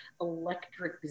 electric